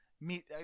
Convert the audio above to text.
meet